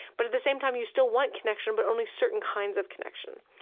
but at the same time you still want connection, but only certain kinds of connection.